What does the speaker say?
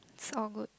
it's all good